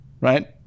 right